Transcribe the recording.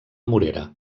morera